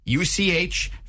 UCH